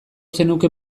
zenuke